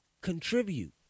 contribute